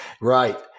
right